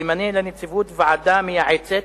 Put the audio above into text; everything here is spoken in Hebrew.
ימנה לנציבות ועדה מייעצת